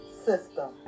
system